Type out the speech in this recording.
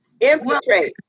infiltrate